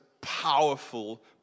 powerful